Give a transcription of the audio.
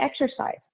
exercise